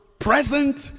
present